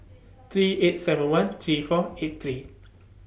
three eight seven one three four eight three